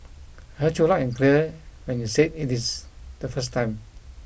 heard you loud and clear when you said it is the first time